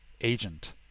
agent